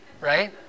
right